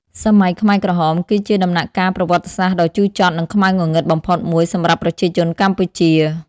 សម័យខ្មែរក្រហម គឺជាដំណាក់កាលប្រវត្តិសាស្ត្រដ៏ជូរចត់និងខ្មៅងងឹតបំផុតមួយសម្រាប់ប្រជាជនកម្ពុជា។